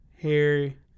Harry